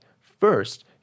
First